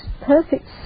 perfect